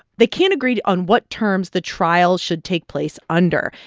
they can't agree on what terms the trial should take place under.